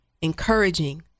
encouraging